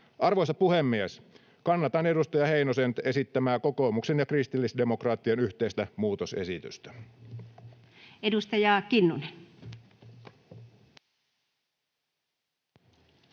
Arvoisa puhemies! Kannatan edustaja Heinosen esittämää kokoomuksen ja kristillisdemokraattien yhteistä muutosesitystä. Edustaja Kinnunen. Arvoisa